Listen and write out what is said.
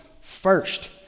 first